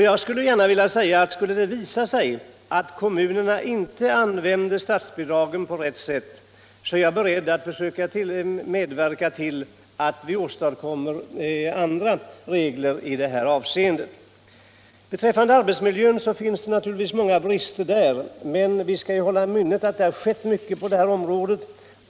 Jag vill gärna säga att skulle — Nr 24 det visa sig att kommunerna inte använder statsbidragen på rätt sätt, Onsdagen den är jag beredd att medverka till att vi åstadkommer andra regler i det 10 november 1976 avseendet. I arbetsmiljön finns det naturligtvis fortfarande många brister, men Vissa socialvårdsvi bör hålla i minnet att det har skett mycket på detta område.